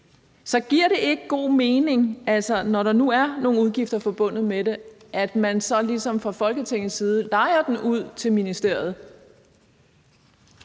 Så giver det ikke god mening, når der nu er nogle udgifter forbundet med det, at man så ligesom fra Folketingets side lejer den ud til ministeriet?